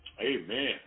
Amen